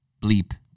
bleep